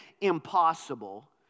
impossible